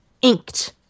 inked